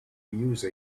use